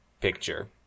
picture